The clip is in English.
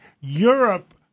Europe